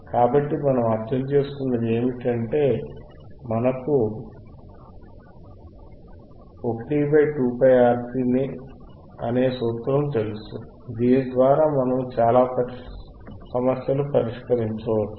కాబట్టి మనము అర్ధము చేసుకున్నది ఏమిటి అంటే మనకు 1 2πRC నే సూత్రము తెలుసు దీని ద్వారా మనము చాలా సమస్యలు పరిష్కరించవచ్చు